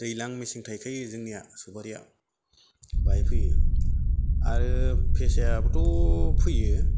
दैज्लां मेसें थायखायो जोंनिया सफारिया बाहाय फैयो आरो फेसायाबोथ' फैयो